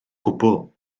gwbl